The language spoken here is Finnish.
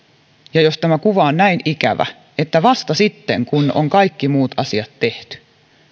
jos tämä kuva on näin ikävä että vasta sitten kun on kaikki muut asiat tehty